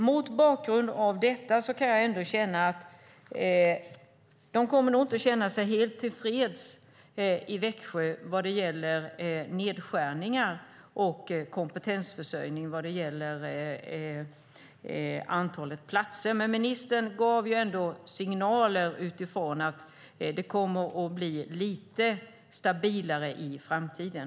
Mot bakgrund av detta tror jag ändå inte att man kommer att känna sig helt tillfreds i Växjö vad gäller nedskärningar och kompetensförsörjning när det handlar om antalet platser. Men ministern gav ändå signaler utifrån att det kommer att bli lite stabilare i framtiden.